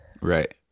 Right